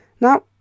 Now